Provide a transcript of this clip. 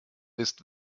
ist